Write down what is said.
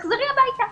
תחזרי הביתה.